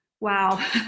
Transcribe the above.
wow